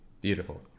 Beautiful